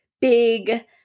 big